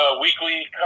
weekly